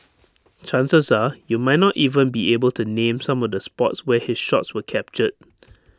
chances are you might not even be able to name some of the spots where his shots were captured